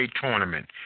tournament